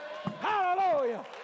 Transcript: Hallelujah